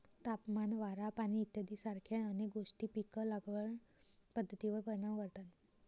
तापमान, वारा, पाणी इत्यादीसारख्या अनेक गोष्टी पीक लागवड पद्धतीवर परिणाम करतात